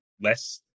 less